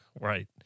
right